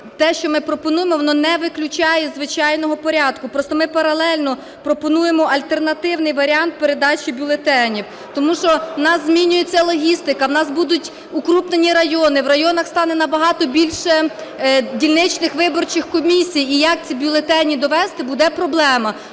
те, що ми пропонуємо, воно не виключає звичайного порядку. Просто ми паралельно, пропонуємо альтернативний варіант передачі бюлетенів. Тому що у нас змінюється логістика, в нас будуть укрупнені райони, в районах стане набагато більше дільничних виборчих комісій, і як ці бюлетені довезти, буде проблема.